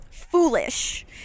foolish